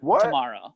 tomorrow